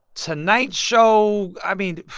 tonight show i mean.